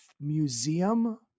museum